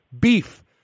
beef